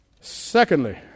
Secondly